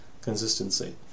Consistency